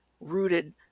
rooted